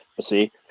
See